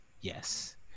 yes